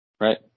Right